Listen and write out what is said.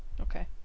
Okay